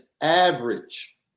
average